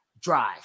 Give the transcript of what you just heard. drive